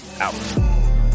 out